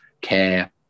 care